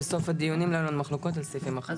בסוף הדיונים לא היו לנו מחלוקות על סעיפים אחרים.